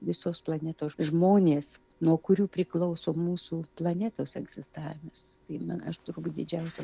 visos planetos žmonės nuo kurių priklauso mūsų planetos egzistavimas tai man aš turbūt didžiausia